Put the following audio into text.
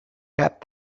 cap